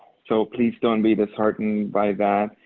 so please don't be disheartened by that.